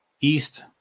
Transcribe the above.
east